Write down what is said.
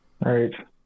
Right